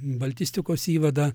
baltistikos įvadą